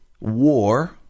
war